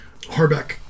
Harbeck